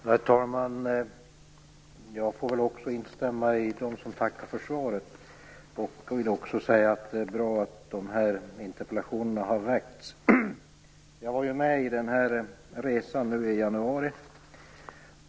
Herr talman! Jag får också instämma med dem som tackar för svaret. Det är bra att dessa interpellationer har ställts. Jag var med på resan nu i januari.